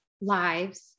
lives